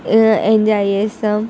enjoy చేస్తాము